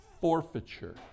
forfeiture